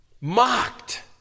mocked